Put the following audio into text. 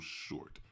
short